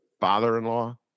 father-in-law